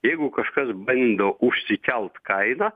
jeigu kažkas bando užsikelt kainą